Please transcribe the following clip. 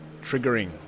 triggering